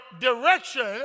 direction